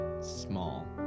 small